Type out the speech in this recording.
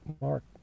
Mark